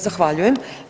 Zahvaljujem.